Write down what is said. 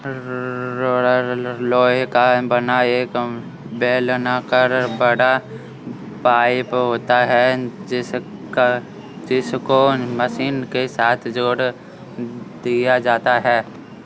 roller लोहे का बना एक बेलनाकर बड़ा पाइप होता है जिसको मशीन के साथ जोड़ दिया जाता है